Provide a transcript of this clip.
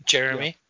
Jeremy